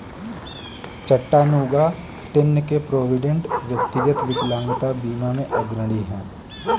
Chattanooga, Tenn के Provident, व्यक्तिगत विकलांगता बीमा में अग्रणी हैं